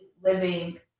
living